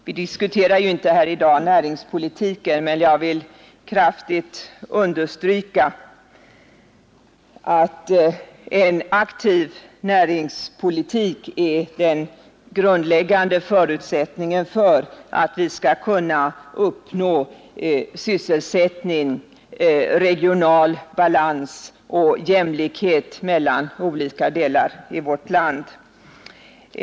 Vi diskuterar i dag inte näringspolitiken men jag vill kraftigt understryka att en aktiv näringspolitik är den grundläggande förutsättningen för att vi skall kunna uppnå sysselsättning, regional balans och jämlikhet mellan olika delar av vårt land.